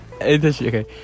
Okay